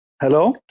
Hello